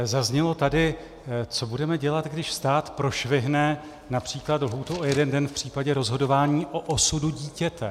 Zaznělo tady: co budeme dělat, když stát prošvihne například lhůtu o jeden den v případě rozhodování o osudu dítěte?